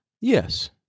Yes